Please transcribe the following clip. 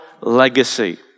legacy